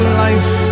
life